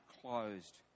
closed